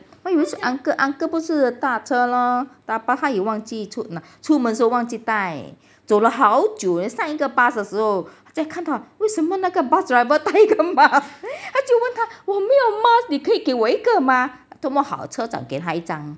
then 有一次 uncle uncle 不是塔车咯 take bus 他也忘记出出门的时候忘记带走了好久上一个 bus 的时候再看到为什么那个 bus driver 带一个 mask 他就问他我没有 mask 你可以给我一个吗多么好车长给他一张